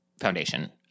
foundation